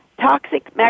toxic